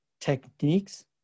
techniques